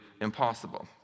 impossible